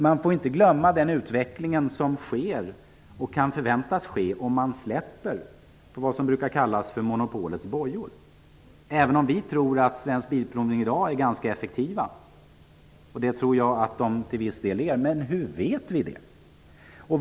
Man får inte glömma den utveckling som sker, och som kan förväntas ske, om man släpper vad som brukar kallas monopolets bojor. Även om vi tror att de vid Svensk Bilprovning i dag är ganska effektiva, vilket jag tror att de till viss del är, kan man ställa frågan: Hur vet vi det?